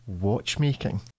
watchmaking